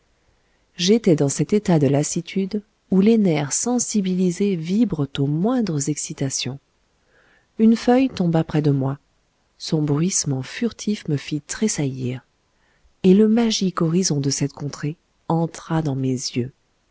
j'étais dans cet état de lassitude où les nerfs sensibilisés vibrent aux moindres excitations une feuille tomba près de moi son bruissement furtif me fit tressaillir et le magique horizon de cette contrée entra dans mes yeux